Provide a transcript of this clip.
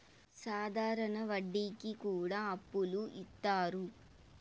సాధారణ వడ్డీ కి కూడా అప్పులు ఇత్తారు